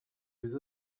les